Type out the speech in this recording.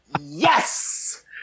yes